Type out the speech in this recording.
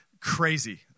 Crazy